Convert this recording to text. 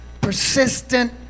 persistent